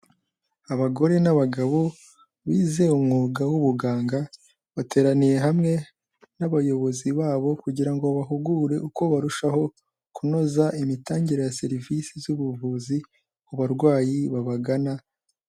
Abagore n'abagabo bize umwuga w'ubuganga bateraniye hamwe n'abayobozi babo kugira ngo babahugure uko barushaho kunoza imitangire ya serivisi z'ubuvuzi ku barwayi babagana.